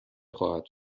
خواهد